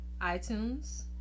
iTunes